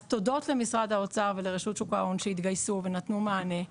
אז תודות למשרד האוצר ולרשות שוק ההון שהתגייסו ונתנו מענה,